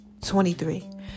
23